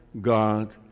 God